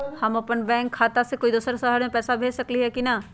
हम अपन बैंक खाता से कोई दोसर शहर में पैसा भेज सकली ह की न?